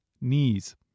knees